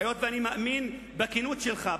היות שאני מאמין בכנות שלך,